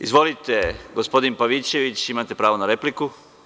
Izvolite, gospodine Pavićeviću, imate pravo na repliku.